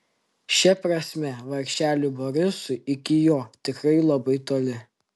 šia prasme vargšeliui borisui iki jo tikrai labai toli